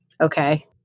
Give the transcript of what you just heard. okay